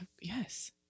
Yes